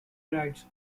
rights